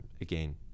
again